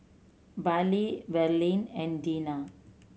Perley Verlene and Dina